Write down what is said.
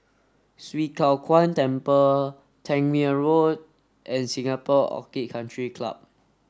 Swee Kow Kuan Temple Tangmere Road and Singapore Orchid Country Club